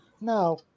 Now